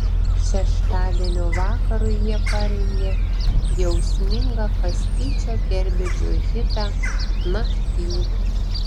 šeštadienio vakarui jie parengė jausmingą kastyčio kerbedžio hitą nakty